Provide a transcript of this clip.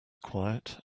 quiet